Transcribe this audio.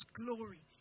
glory